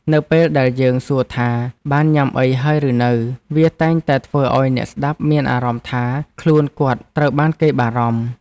នៅពេលដែលយើងសួរថាបានញ៉ាំអីហើយឬនៅ វាតែងតែធ្វើឱ្យអ្នកស្ដាប់មានអារម្មណ៍ថាខ្លួនគាត់ត្រូវបានគេបារម្ភ។